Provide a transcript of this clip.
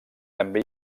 també